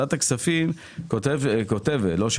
ורווחת הקהילה 580469773 העמותה למען אנשים עם מוגבלויות פיזיות ע"ש מארי